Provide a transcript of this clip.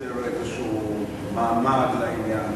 לייצר איזשהו מעמד לעניין.